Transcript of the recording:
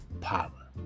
power